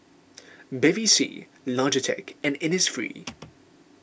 Bevy C Logitech and Innisfree